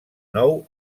nou